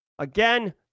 Again